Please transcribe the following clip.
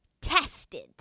Tested